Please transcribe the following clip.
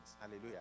Hallelujah